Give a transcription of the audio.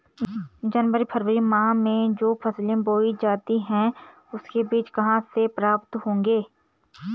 जनवरी फरवरी माह में जो फसल बोई जाती है उसके बीज कहाँ से प्राप्त होंगे?